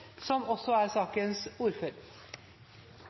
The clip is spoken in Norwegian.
som også er